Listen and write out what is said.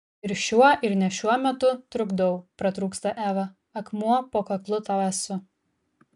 ir šiuo ir ne šiuo metu trukdau pratrūksta eva akmuo po kaklu tau esu